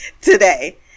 today